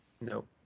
Nope